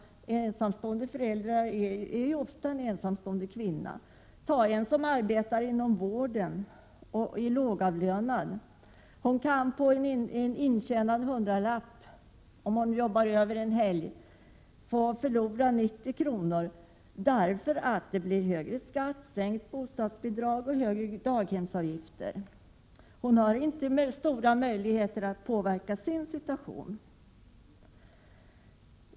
Ensamstående föräldrar är ofta kvinnor. En kvinna med ett lågavlönat vårdarbete kan på en intjänad hundralapp — om hon t.ex. arbetar över en helg — förlora 90 kr. därför att hon får betala högre skatt, hon får sänkt bostadsbidrag och hon får högre daghemsavgifter. Hon har inte stora möjligheter att påverka sin situation.